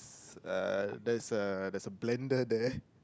uh there's a there's a blender there